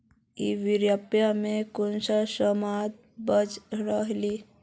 ई व्यापार में कुंसम सामान बेच रहली?